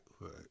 right